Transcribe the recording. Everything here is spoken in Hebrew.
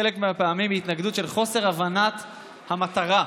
חלק מהפעמים ההתנגדות היא מחוסר הבנת המטרה.